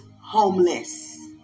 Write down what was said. homeless